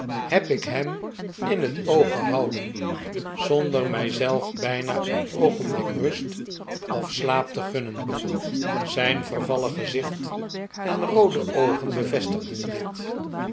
heb ik hem in het o g gehouden zonder mij zelf bijna een oogenblik rust of slaap te gunnen zijn vervallen gezicht en roode oogen bevestigden dit